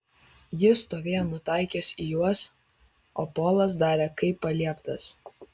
jis stovėjo nutaikęs į juos o polas darė kaip palieptas